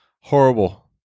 Horrible